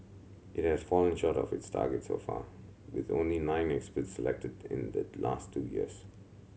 it has fallen short of this target so far with only nine experts selected in the last two years